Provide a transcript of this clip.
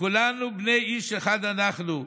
שכולנו בני איש אחד אנחנו.